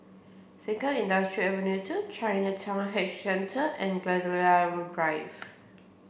Sengkang Industrial Ave Two Chinatown Heritage Centre and Gladiola Drive